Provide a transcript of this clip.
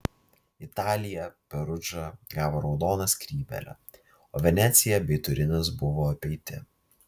italija perudža gavo raudoną skrybėlę o venecija bei turinas buvo apeiti